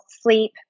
sleep